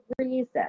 reason